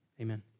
Amen